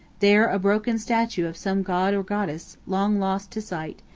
there a broken statue of some god or goddess, long lost to sight,